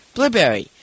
Blueberry